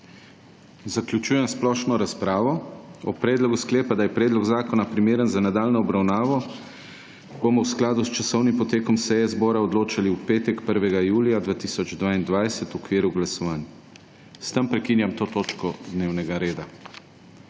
zaključila splošno razpravo. O predlogu sklepa, da je predlo zakona primeren za nadaljnjo obravnavo pa bom v skladu s časovnim potekom seje zbora odločili v petek, 1. julija v okviru glasovanj in s tem prekinjam to točko dnevnega reda.